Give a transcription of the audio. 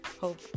hope